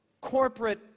corporate